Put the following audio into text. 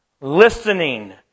Listening